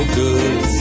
good